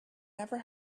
never